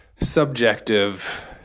subjective